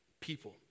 people